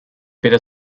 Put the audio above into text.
better